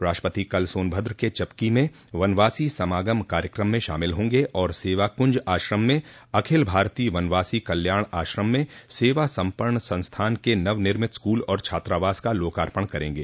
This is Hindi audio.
राष्ट्रपति कल सोनभद्र के चपकी में वनवासी समागम कार्यक्रम में शामिल होंगे और सेवाक्रंज आश्रम में अखिल भारतीय वनवासी कल्याण आश्रम में सेवा समर्पण संस्थान के नवनिर्मित स्कूल और छात्रावास का लोकार्पण करेंगे